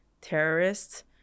terrorists